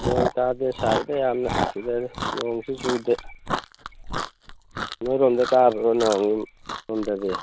ꯅꯣꯡ ꯇꯥꯗꯦ ꯁꯥꯏꯗ ꯌꯥꯝꯅ ꯁꯤꯗꯗꯤ ꯅꯣꯡꯁꯨ ꯆꯨꯗꯦ ꯅꯣꯏꯔꯣꯝꯗ ꯇꯥꯕ꯭ꯔꯣ ꯅꯣꯡ ꯑꯗꯣꯝꯗꯗꯤ